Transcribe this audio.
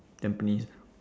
tampines